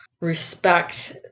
respect